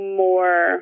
more